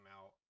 out